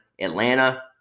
Atlanta